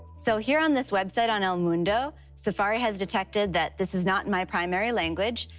so here on this website, on el mundo, safari has detected that this is not in my primary language,